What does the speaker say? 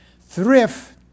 Thrift